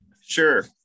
Sure